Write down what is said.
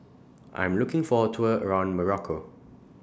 I Am looking For A Tour around Morocco